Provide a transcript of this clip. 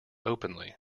openly